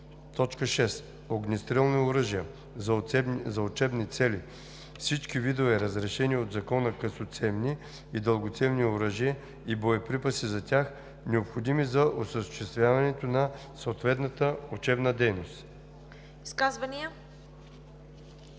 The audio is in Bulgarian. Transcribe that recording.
т. 6: „6. огнестрелни оръжия за учебни цели – всички видове разрешени от закона късоцевни и дългоцевни оръжия и боеприпаси за тях, необходими за осъществяване на съответната учебна дейност.“